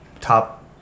top